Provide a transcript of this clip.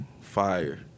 fire